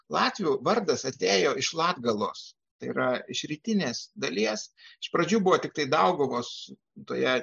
latvių vardas atėjo iš latgalos tai yra iš rytinės dalies iš pradžių buvo tiktai dauguvos toje